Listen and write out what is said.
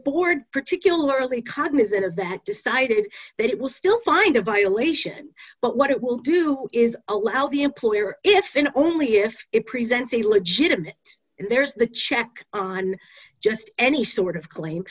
board particularly cognizant of that decided it will still find a violation but what it will do is allow the employer if then only if it presents a legitimate there's the check on just any sort of claim